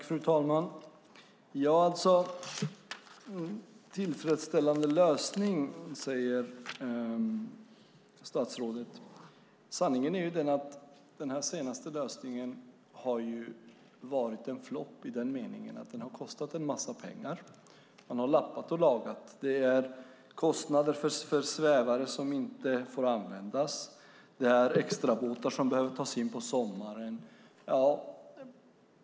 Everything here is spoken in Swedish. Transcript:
Fru talman! Statsrådet talar om en tillfredsställande lösning. Sanningen är att den senaste lösningen har varit en flopp i meningen att den har kostat en massa pengar, man har lappat och lagat. Det har varit kostnader för svävare som inte får användas. Extrabåtar måste tas in på sommaren.